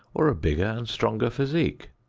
or a bigger and stronger physique?